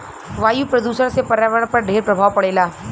वायु प्रदूषण से पर्यावरण पर ढेर प्रभाव पड़ेला